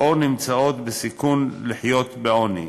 או נמצאות בסיכון לחיות בעוני: